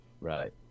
Right